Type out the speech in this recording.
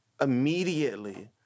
immediately